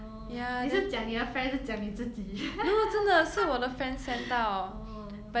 oh 你是讲你的 friend 还是讲你自己 oh